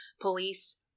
Police